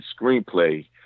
screenplay